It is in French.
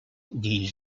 dis